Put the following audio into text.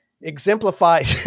Exemplified